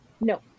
no